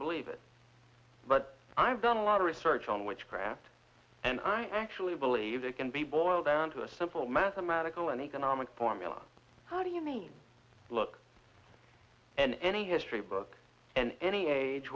believe it but i've done a lot of research on witchcraft and i actually believe it can be boiled down to a simple mathematical and economic formula how do you mean look and any history book any a